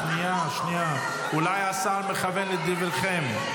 שנייה, אולי השר מכוון לדבריכן.